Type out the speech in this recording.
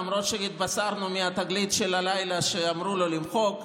למרות שהתבשרנו מהתגלית של הלילה שאמרו לו למחוק,